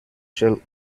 shell